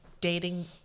dating